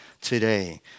today